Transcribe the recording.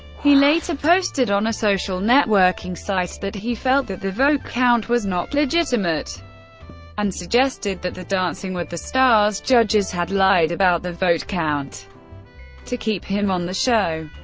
he later posted on a social networking networking site that he felt that the vote count was not legitimate and suggested that the dancing with the stars judges had lied about the vote count to keep him on the show.